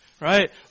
Right